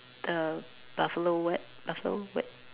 the buffalo wet buffalo wet